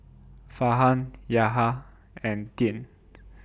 Farhan Yahya and Dian